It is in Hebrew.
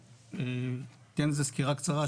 אני אתן סקירה קצרה,